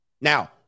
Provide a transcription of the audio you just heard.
Now